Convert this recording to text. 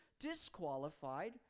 disqualified